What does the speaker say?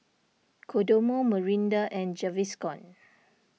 Kodomo Mirinda and Gaviscon